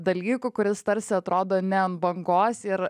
dalyku kuris tarsi atrodo ne ant bangos ir